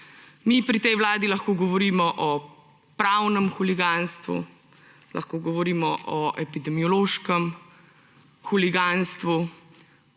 Mi pri tej vladi lahko govorimo o pravnem huliganstvu, lahko govorimo o epidemiološkem huliganstvu.